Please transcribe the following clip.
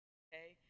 okay